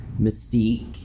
Mystique